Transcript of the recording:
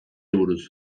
buruz